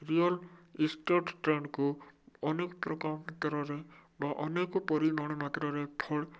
real estate ଟ୍ରେଣ୍ଡ୍କୁ ଅନେକ ପ୍ରକାର କ୍ଷେତ୍ରରେ ବା ଅନେକ ପରିମାଣ ମାତ୍ରାରେ ଫଳ